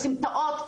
בסמטאות,